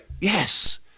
Yes